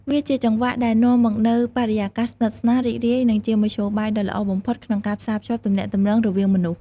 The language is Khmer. វាជាចង្វាក់ដែលនាំមកនូវបរិយាកាសស្និទ្ធស្នាល រីករាយ និងជាមធ្យោបាយដ៏ល្អបំផុតក្នុងការផ្សារភ្ជាប់ទំនាក់ទំនងរវាងមនុស្ស។